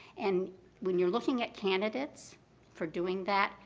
and when you're looking at candidates for doing that,